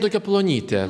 tokia plonytė